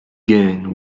gained